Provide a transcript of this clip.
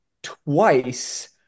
twice